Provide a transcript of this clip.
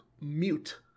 mute